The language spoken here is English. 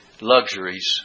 luxuries